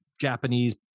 japanese